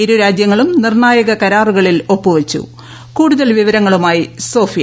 ഇരു രാജ്യങ്ങളും നിർണായക കരാറുകളിൽ ഒപ്പുവച്ചു കൂടുതൽ വിവരങ്ങളുമായി സോഫിയ